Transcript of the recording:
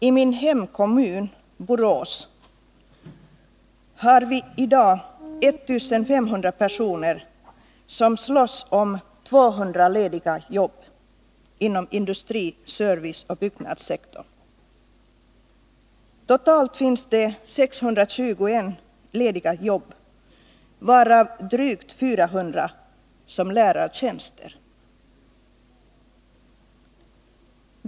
I min hemkommun Borås finns i dag 1 500 personer som slåss om 200 lediga jobb inom industri, service och byggnadssektor. Totalt finns det 621 lediga jobb, varav drygt 400 är lärartjänster.